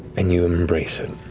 and you embrace it.